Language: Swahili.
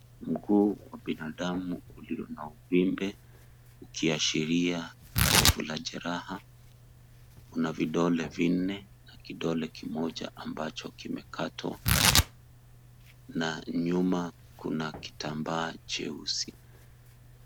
Mguu wa binadamu ulio na uvimbe ukiashiria, kovu la jeraha una vidole vinne na kidole kimoja ambacho kimekatwa na nyuma kuna kitambaa cheusi.